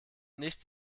nichts